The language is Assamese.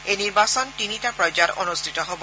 এই নিৰ্বাচন তিনিটা পৰ্যায়ত অনুষ্ঠিত হব